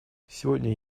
сегодня